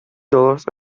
dollars